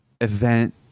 event